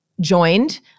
joined